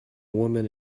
woman